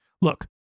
Look